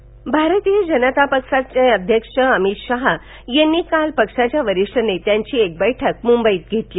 अमितशहा भारतीय जनता पक्षाचे अध्यक्ष अमित शहा यांनी काल पक्षाच्या वरिष्ठ नेत्यांची एक बैठक मुंबईत घेतली